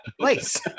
place